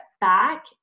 back